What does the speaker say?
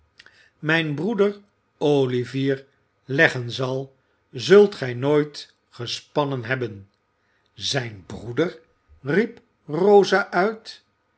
mijn broeder olivier leggen zal zult gij nooit gespannen hebben zijn broeder riep rosa uit